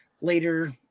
later